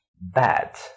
bad